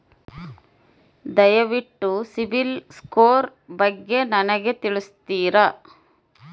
ದಯವಿಟ್ಟು CIBIL score ಬಗ್ಗೆ ನನಗೆ ತಿಳಿಸ್ತೀರಾ?